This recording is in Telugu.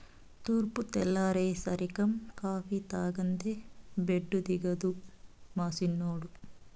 తూర్పు తెల్లారేసరికం కాఫీ తాగందే బెడ్డు దిగడు మా సిన్నోడు